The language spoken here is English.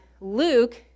Luke